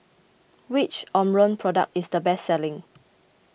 which Omron product is the best selling